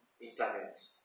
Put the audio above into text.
internet